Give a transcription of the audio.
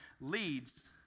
leads